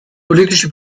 politische